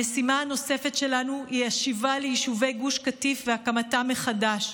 המשימה הנוספת שלנו היא השיבה ליישובי גוש קטיף והקמתם מחדש.